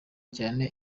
cyane